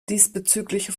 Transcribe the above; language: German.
diesbezügliche